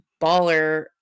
baller